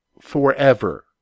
forever